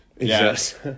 Yes